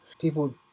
people